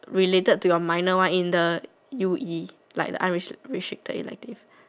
related to your minor one in the u_e like the unrestricted elective